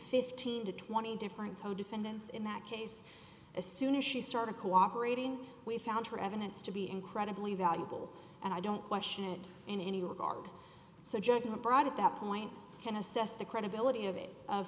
fifteen to twenty different co defendants in that case as soon as she started cooperating we found her evidence to be incredibly valuable and i don't question it in any regard so judgment brought at that point can assess the credibility of it of